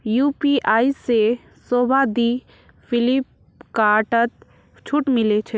UPI से शोभा दी फिलिपकार्टत छूट मिले छे